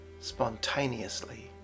spontaneously